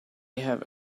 have